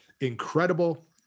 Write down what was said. incredible